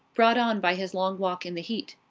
brought on by his long walk in the heat.